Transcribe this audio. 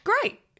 great